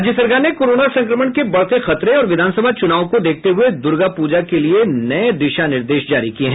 राज्य सरकार ने कोरोना संक्रमण के बढ़ते खतरे और विधानसभा चुनाव को देखते हुए दुर्गाप्रजा के लिए नये दिशा निर्देश जारी किये हैं